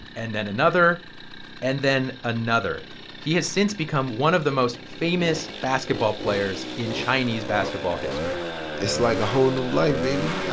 and then another and then another. he has since become one of the most famous basketball players in chinese basketball history it's like a whole new life, baby. yeah